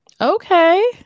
Okay